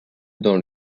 dans